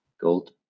gold